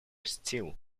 steel